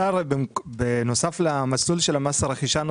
בנוסף למסלול של מס הרכישה,